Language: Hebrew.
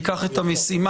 ייקח את המשימה.